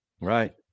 Right